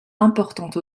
importante